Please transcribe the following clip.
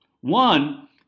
one